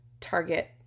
Target